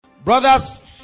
brothers